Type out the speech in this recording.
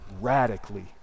radically